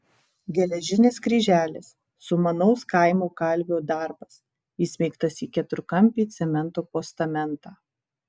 geležinis kryželis sumanaus kaimo kalvio darbas įsmeigtas į keturkampį cemento postamentą